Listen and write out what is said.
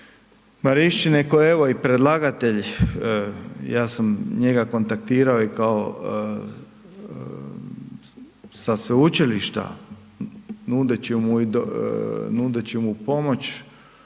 Marišćine koja je evo i predlagatelj. Ja sam njega kontaktirao sa sveučilišta nudeći mu pomoć